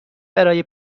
برای